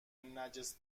نجس